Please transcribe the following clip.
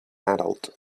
adult